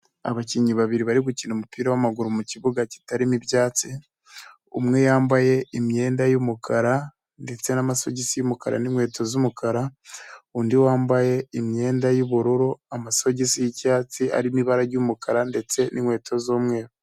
Abakinnyi babiri barimo gukina umupira w'maguru mu kibuga kitarimo ibyatsi, umwe yambaye imyenda y'umukara ndetse n'amasogisi y'umukara n'inkweto z'umukara. undi wambaye imyenda y'ubururu, amasogisi y'icyatsi arimo ibara ry'umukara ndetse n'inkweto z'umweru.